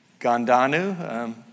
Gandanu